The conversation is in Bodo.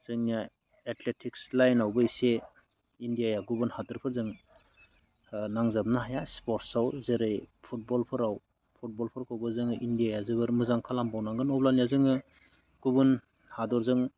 जोंनिया एटलेटिक्स लाइनावबो इसे इन्डियाया गुबुन हादोरफोरजों ओ नांजाबनो हाया स्पर्टसआव जेरै फुटबलफोराव फुटबलफोरखौबो जोङो इन्डियाया जोबोर मोजां खालामबावनांगोन अब्लानिया जोङो गुबुन हादरजों